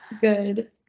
Good